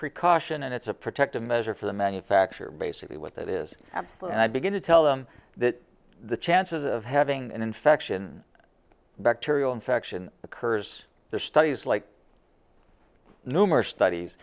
precaution and it's a protective measure for the manufacturer basically what that is absolute and i begin to tell them that the chances of having an infection bacterial infection occurs the studies like numerous studies